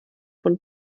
von